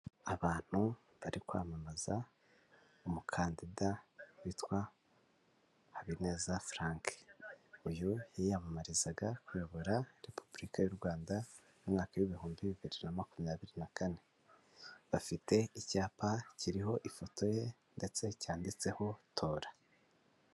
Abantu bari kwamamaza umukandida witwa Habineza Franke, uyu yiyamamarizaga kuyobora Repubulika y'u Rwanda mu mwaka w' ibihumbi bibiri na makumyabiri na kane, bafite icyapa kiriho ifoto ye ndetse cyanditseho tora.